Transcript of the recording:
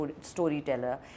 storyteller